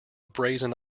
brazen